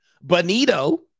Bonito